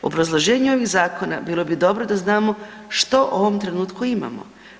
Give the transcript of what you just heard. Obrazloženje ovih zakona bilo bi dobro da znamo što u ovom trenutku imamo.